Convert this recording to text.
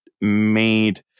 made